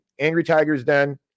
angrytigersden